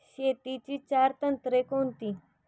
शेतीची चार तंत्रे कोणती?